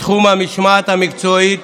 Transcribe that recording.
בתחום המשמעת המקצועית,